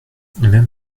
même